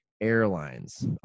airlines